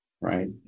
Right